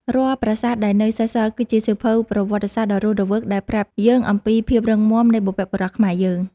រាល់ប្រាសាទដែលនៅសេសសល់គឺជាសៀវភៅប្រវត្តិសាស្ត្រដ៏រស់រវើកដែលប្រាប់យើងអំពីភាពរឹងមាំនៃបុព្វបុរសខ្មែរយើង។